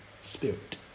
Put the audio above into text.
Spirit